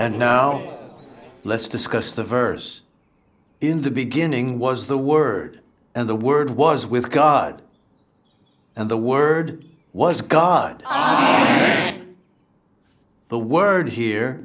and now let's discuss the verse in the beginning was the word and the word was with god and the word was god god the word here